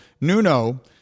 Nuno